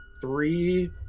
three